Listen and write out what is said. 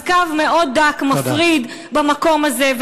אז קו מאוד דק מפריד במקום הזה,